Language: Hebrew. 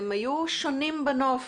הם היו שונים בנוף,